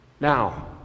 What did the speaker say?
Now